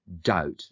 doubt